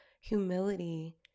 humility